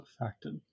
affected